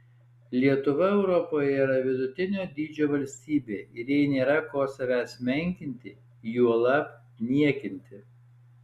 lietuva europoje yra vidutinio dydžio valstybė ir jai nėra ko savęs menkinti juolab niekinti